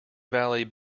valley